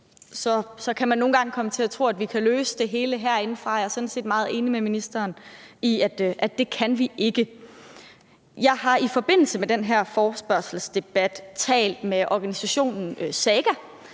kan man nogle gange komme til at tro, at vi kan løse det hele herindefra. Jeg er sådan set meget enig med ministeren i, at det kan vi ikke. Jeg har i forbindelse med den her forespørgselsdebat talt med organisationen Saga,